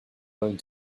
going